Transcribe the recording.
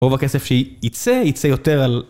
רוב הכסף שיצא יצא יותר על